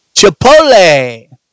Chipotle